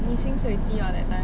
你薪水低 [what] that time